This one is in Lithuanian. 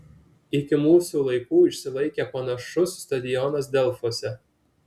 iki mūsų laikų išsilaikė panašus stadionas delfuose